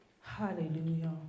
hallelujah